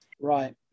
Right